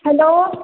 hello